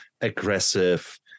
aggressive